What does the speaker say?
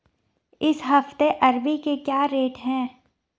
इस हफ्ते अरबी के क्या रेट हैं?